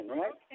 right